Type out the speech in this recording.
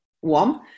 one